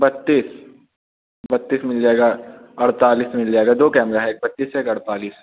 बत्तीस बत्तीस मिल जाएगा अड़तालीस मिल जाएगा दो कैमरा है एक पच्चीस है एक अड़तालीस